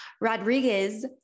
Rodriguez